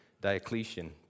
Diocletian